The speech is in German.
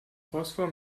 phosphor